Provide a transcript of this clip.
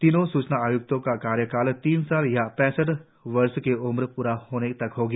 तीनों सूचना आय्क्तों का कार्यकाल तीन साल या पैंसठ वर्ष की उम्र पूरी होने तक होगा